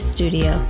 Studio